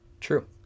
True